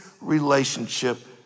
relationship